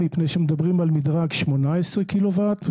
מפני שמדברים על מדרג 18 קילו-וואט,